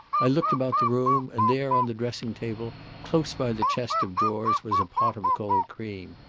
i looked about the room, and there on the dressing-table close by the chest of drawers was a pot of cold cream.